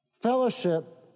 Fellowship